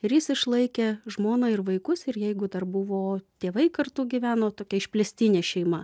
ir jis išlaikė žmoną ir vaikus ir jeigu dar buvo tėvai kartu gyveno tokia išplėstinė šeima